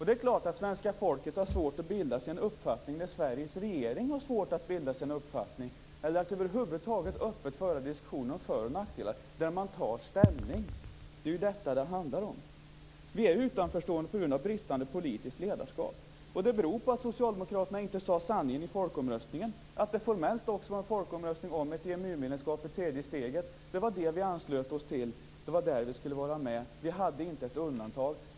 Det är klart att svenska folket har svårt att bilda sig en uppfattning när Sveriges regering har svårt att bilda sig en uppfattning eller att över huvud taget öppet föra diskussioner om för och nackdelar där man tar ställning. Det är ju detta det handlar om. Vi är utanförstående på grund av bristande politiskt ledarskap. Det beror på att Socialdemokraterna inte sade sanningen i folkomröstningen, nämligen att det formellt också var en folkomröstning om ett EMU-medlemskap i tredje steget. Det var det vi anslöt oss till. Det var där vi skulle vara med. Vi hade inte ett undantag.